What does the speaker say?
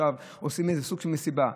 ועכשיו עושים סוג של מסיבה.